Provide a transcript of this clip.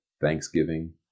thanksgiving